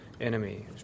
enemy